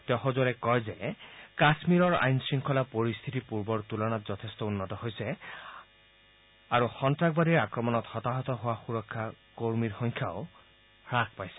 তেওঁ সজোৰে কয় যে কাম্মীৰৰ আইন শৃংখলা পৰিস্থিতি পূৰ্বৰ তুলনাত যথেষ্ট উন্নত হৈছে সন্তাসবাদীৰ আক্ৰমণত হতাহত হোৱা সুৰক্ষা কৰ্মীৰ সংখ্যাও হাস পাইছে